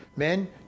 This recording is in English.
Men